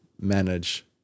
manage